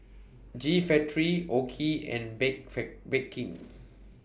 G Factory OKI and Bake Bake King